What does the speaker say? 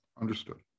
Understood